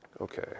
Okay